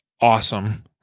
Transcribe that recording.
awesome